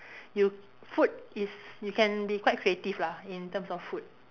you food is you can be quite creative lah in terms of food